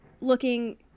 looking